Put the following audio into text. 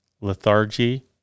lethargy